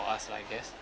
for us lah I guess